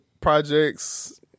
projects